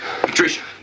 Patricia